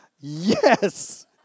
yes